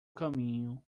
caminho